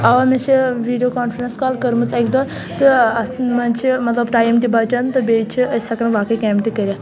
اوا مےٚ چھِ ویٖڈیو کانٛفرنٕس کال کٔرمٕژ اکہِ دۄہ تہٕ اتھ منٛز چھُ مطلب ٹایِم تہِ بچان تہٕ بیٚیہِ چھِ أسۍ ہیکان باقٕے کامہِ تہِ کٔرِتھ